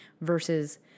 versus